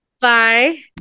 Bye